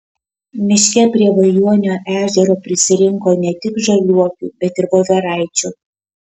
miške prie vajuonio ežero prisirinko ne tik žaliuokių bet ir voveraičių